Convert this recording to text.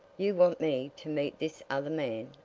you want me to meet this other man?